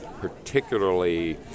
particularly